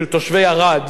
של תושבי ערד?